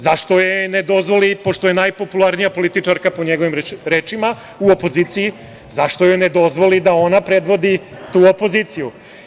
Zašto joj ne dozvoli, pošto je najpopularnija političarka u opoziciji, po njegovim rečima, zašto joj ne dozvoli da ona predvodi tu opoziciju?